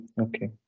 okay